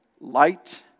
light